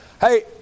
Hey